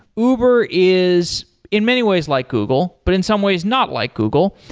uber is in many ways like google, but in some ways not like google.